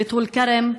בטול כרם.